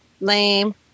Lame